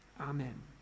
Amen